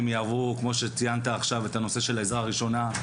יעברו כמו שציינת עכשיו את הנושא של עזרה ראשונה.